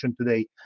today